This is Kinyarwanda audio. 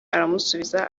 aramusubiza